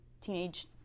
teenage